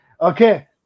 okay